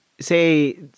say